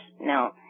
Now